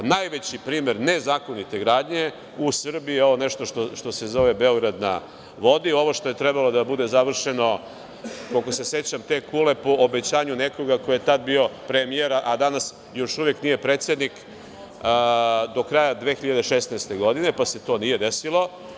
Najveći primer nezakonite gradnje u Srbiji je nešto što se zove „Beograd na vodi“, ovo što je trebalo da bude završeno, koliko se sećam, te kule po obećanju nekoga ko je tada bio premijer, a danas još uvek nije predsednik, do kraja 2016. godine, pa se to nije desilo.